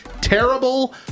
terrible